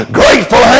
grateful